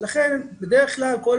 לכן בדרך כלל כל